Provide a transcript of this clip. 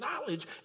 knowledge